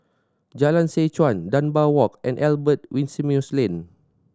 Jalan Seh Chuan Dunbar Walk and Albert Winsemius Lane